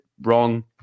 wrong